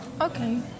Okay